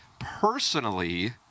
Personally